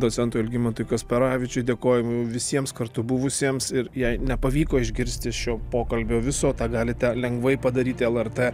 docentui algimantui kasparavičiui dėkoju visiems kartu buvusiems ir jei nepavyko išgirsti šio pokalbio viso tą galite lengvai padaryti lrt